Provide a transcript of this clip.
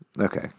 okay